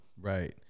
Right